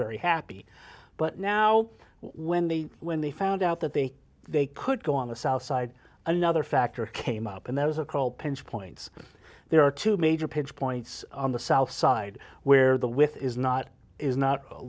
very happy but now when they when they found out that they they could go on the south side another factor came up and there was a call pinch points there are two major page points on the south side where the with is not is not